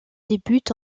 débute